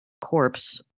corpse